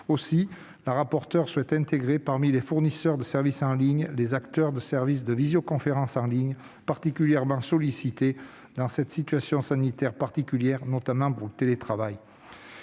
la rapporteure souhaite intégrer, parmi les fournisseurs de service en ligne, les acteurs de services de visioconférence en ligne, particulièrement sollicités dans cette situation sanitaire particulière, notamment pour le télétravail.